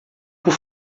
por